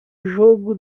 jogo